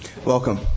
Welcome